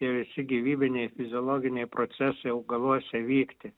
tie visi gyvybiniai fiziologiniai procesai augaluose vykti